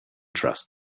trust